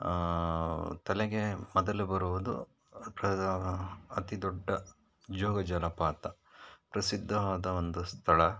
ತಲೆಗೆ ಮೊದಲು ಬರುವುದು ಅತಿದೊಡ್ಡ ಜೋಗ ಜಲಪಾತ ಪ್ರಸಿದ್ಧವಾದ ಒಂದು ಸ್ಥಳ